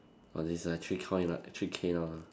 oh then it's like three coin lah three K now